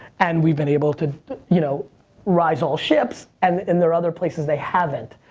and we've been able to you know rise all ships, and in their other places they haven't.